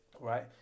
right